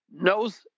knows